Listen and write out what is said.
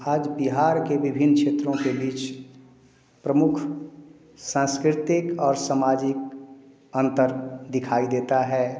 आज बिहार के विभिन्न क्षेत्रों के बीच प्रमुख सांस्कृतिक और सामाजिक अंतर दिखाई देता है